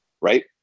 right